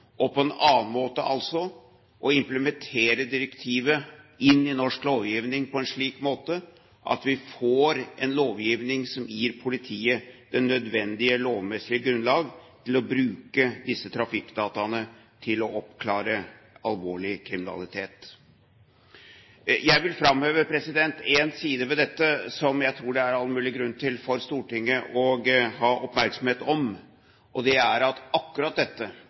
lovgivning på en slik måte at vi får en lovgivning som gir politiet det nødvendige lovmessige grunnlag for å bruke disse trafikkdataene til å oppklare alvorlig kriminalitet. Jeg vil framheve én side ved dette som jeg tror det er all mulig grunn for Stortinget til å ha oppmerksomhet på, og det er at akkurat dette,